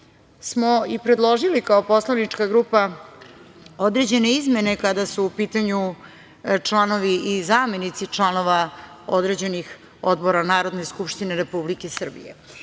smo i predložili kao poslanička grupa određene izmene kada su u pitanju članovi i zamenici članova određenih odbora Narodne skupštine Republike Srbije. Istina,